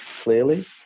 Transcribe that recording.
clearly